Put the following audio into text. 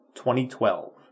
2012